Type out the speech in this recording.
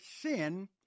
sin